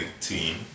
team